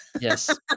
Yes